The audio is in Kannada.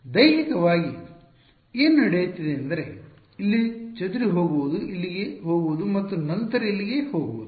ದೈಹಿಕವಾಗಿ ಏನು ನಡೆಯುತ್ತಿದೆ ಎಂದರೆ ಇಲ್ಲಿ ಚದುರಿಹೋಗುವುದು ಇಲ್ಲಿಗೆ ಹೋಗುವುದು ಮತ್ತು ನಂತರ ಇಲ್ಲಿಗೆ ಹೋಗುವುದು